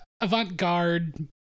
avant-garde